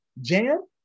Jam